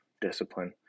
discipline